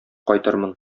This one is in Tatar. кайтырмын